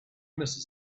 mrs